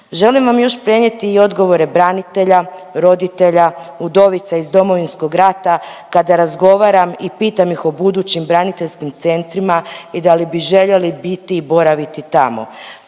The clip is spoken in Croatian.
Želim vam još prenijeti i odgovore branitelja, roditelja, udovica iz Domovinskog rata, kada razgovaram i pitam ih o budućim braniteljskim centrima i da li bi željeli biti i boraviti tamo?